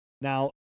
Now